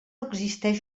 existeix